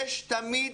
יש תמיד